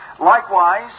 Likewise